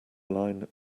line